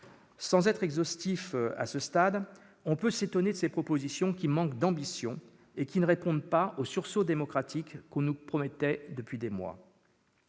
Sans être exhaustif à ce stade, on peut s'étonner de ces propositions, qui manquent d'ambition et qui ne répondent pas au sursaut démocratique que l'on nous promettait depuis des mois.